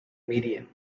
median